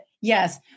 Yes